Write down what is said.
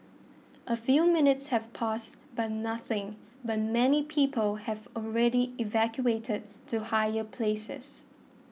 a few minutes have passed but nothing but many people have already evacuated to higher places